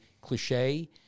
cliche